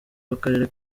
w’akarere